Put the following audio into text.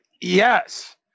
Yes